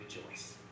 rejoice